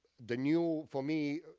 the new, for me,